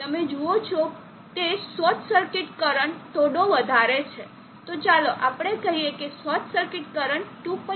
તમે જુઓ છો તે શોર્ટ સર્કિટ કરંટ થોડો વધારે છે તો ચાલો આપણે કહીએ કે શોર્ટ સર્કિટ કરંટ 2